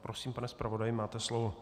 Prosím, pane zpravodaji, máte slovo.